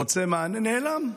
הוא רוצה מענה, נעלם,